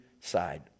side